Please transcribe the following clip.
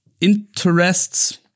interests